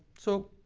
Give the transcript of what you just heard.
so,